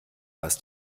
was